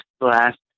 last